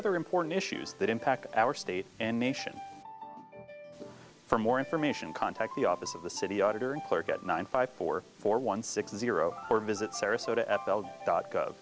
other important issues that impact our state and nation for more information contact the office of the city auditor and clerk at nine five four four one six zero four visit sarasota f l